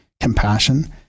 compassion